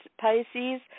Pisces